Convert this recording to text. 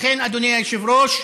לכן, אדוני היושב-ראש,